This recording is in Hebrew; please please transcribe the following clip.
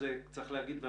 מגלה שזה במשמרת של כולנו.